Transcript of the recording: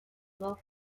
loaf